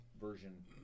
version